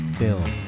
film